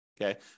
Okay